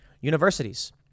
universities